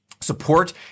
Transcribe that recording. support